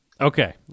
Okay